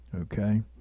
Okay